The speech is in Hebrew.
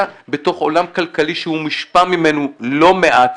בתוך עולם כלכלי שהוא מושפע ממנו לא מעט,